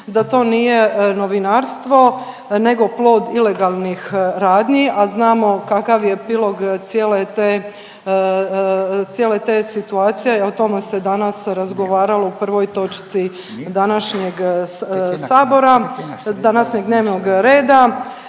da to nije novinarstvo, nego plod ilegalnih radnji, a znamo kakav je epilog cijele te situacije i o tome se danas razgovaralo u prvoj točci današnjeg Sabora, današnjeg dnevnog reda